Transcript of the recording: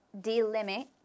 delimit